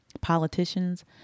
politicians